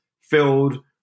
filled